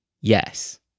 yes